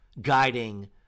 guiding